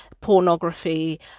pornography